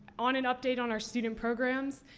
on an update on our student programs.